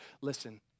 Listen